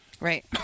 Right